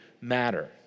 matter